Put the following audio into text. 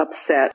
upset